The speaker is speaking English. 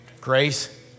grace